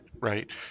right